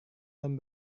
tom